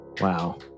Wow